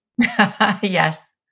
Yes